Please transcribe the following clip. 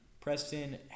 Preston